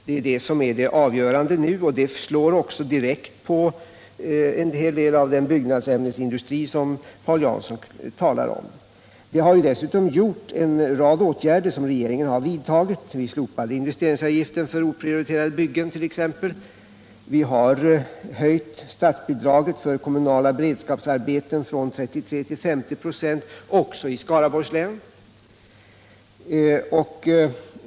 Det är det som är det avgörande nu, och det är också något som slår direkt på stora delar av den byggnadsämnesindustri som Paul Jansson här talar om. Det finns dessutom en rad åtgärder som regeringen har vidtagit, slopandet av investeringsavgiften på oprioriterade byggen, t.ex. Vi har höjt statsbidraget för kommunala beredskapsarbeten från 33 till 50 96 också i Skaraborgs län.